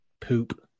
poop